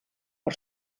per